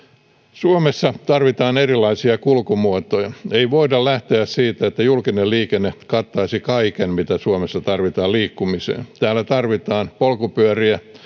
suomessa tarvitaan erilaisia kulkumuotoja ei voida lähteä siitä että julkinen liikenne kattaisi kaiken mitä suomessa tarvitaan liikkumiseen täällä tarvitaan polkupyöriä